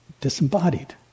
disembodied